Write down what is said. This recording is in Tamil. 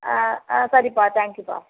ஆ ஆ சரிப்பா தேங்க்யூப்பா